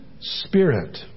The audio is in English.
spirit